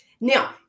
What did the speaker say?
Now